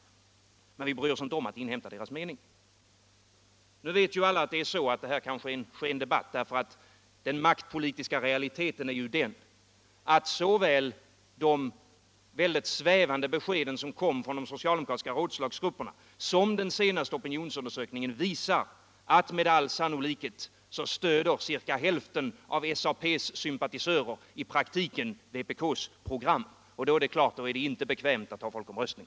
Men vi bryr oss inte om att inhämta deras mening. Nu vet alla att det här kanske är en skendebatt. Den maktpolitiska realiteten är den att såväl de mycket svävande besked som kom från de socialdemokratiska rådslagsgrupperna som den senaste opinionsundersökningen visar att med all sannolikhet ca hälften av SAP:s sympatisörer i praktiken stöder vpk:s program. Då är det klart att det inte är bekvämt att ta folkomröstning.